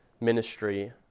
ministry